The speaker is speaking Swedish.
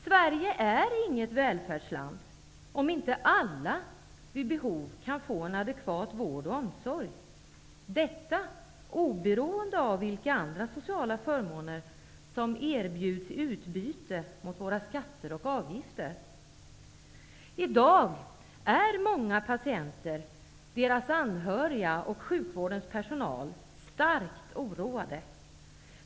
Sverige är inte ett välfärdsland, om inte alla vid behov kan få en adekvat vård och omsorg -- detta oberoende av vilka andra sociala förmåner som erbjuds i utbyte mot våra skatter och avgifter. I dag är många patienter, deras anhöriga och sjukvårdens personal starkt oroade.